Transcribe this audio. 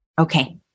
Okay